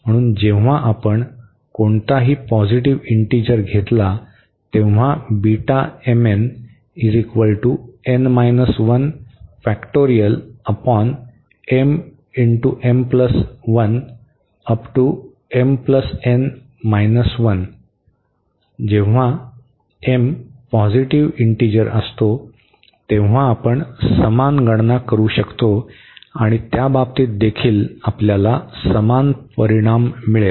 म्हणून जेव्हा आपण कोणताही पॉझिटिव्ह इंटीजर घेतला तेव्हा जेव्हा m पॉझिटिव्ह इंटीजर असतो तेव्हा आपण समान गणना करू शकतो आणि त्या बाबतीत देखील आपल्याला समान परिणाम मिळेल